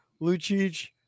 Lucic